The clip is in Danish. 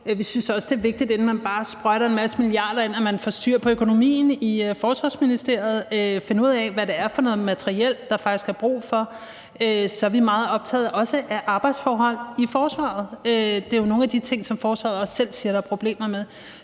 Vi synes også, det er vigtigt, at man, inden man bare sprøjter en masse milliarder ind, får styr på økonomien i Forsvarsministeriet og finder ud af, hvad det er for noget materiel, der faktisk er brug for. Så er vi også meget optaget af arbejdsforhold i forsvaret. Det er jo nogle af de ting, som forsvaret også selv siger der er problemer med.